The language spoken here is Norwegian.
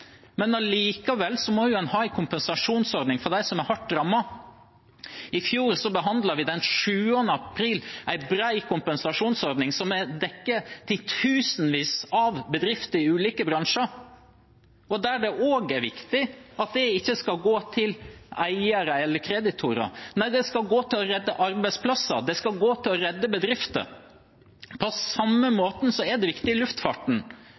en ha en kompensasjonsordning for dem som er hardt rammet. Den 7. april i fjor behandlet vi en bred kompensasjonsordning som dekker titusenvis av bedrifter i ulike bransjer, der det også er viktig at pengene ikke skal gå til eiere eller kreditorer. Nei, de skal gå til å redde arbeidsplasser, de skal gå til å redde bedrifter. På samme måte er det viktig i luftfarten.